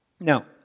Now